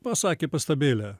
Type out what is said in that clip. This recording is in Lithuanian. pasakė pastabėlę